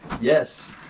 yes